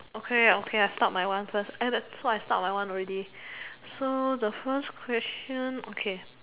okay ah okay I stop my one first and so that's why I stop my one already so the first question okay